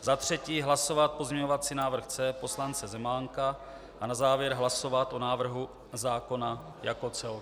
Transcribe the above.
Za třetí hlasovat pozměňovací návrh C poslance Zemánka a na závěr hlasovat o návrhu zákona jako celku.